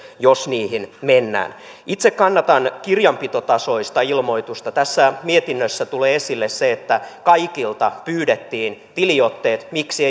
jos niihin mennään itse kannatan kirjanpitotasoista ilmoitusta tässä mietinnössä tulee esille se että kaikilta pyydettiin tiliotteet miksi